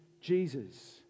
Jesus